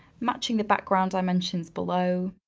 matching the background dimensions below.